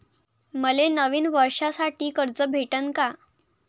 मले नवीन वर्षासाठी कर्ज भेटन का?